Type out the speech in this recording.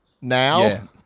now